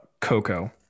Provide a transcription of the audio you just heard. Coco